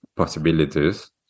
possibilities